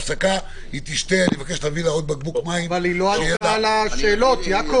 שרון, אני מבינה מה את אומרת על הגנים.